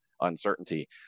uncertainty